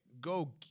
go